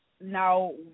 Now